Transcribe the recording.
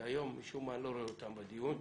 שהיום משום מה אני לא רואה אותם בדיון,